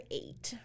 eight